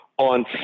on